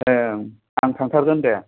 ए आं थांथारगोन दे